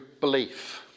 belief